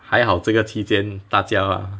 还好这个期间大家